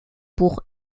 pour